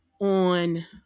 on